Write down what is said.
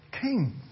King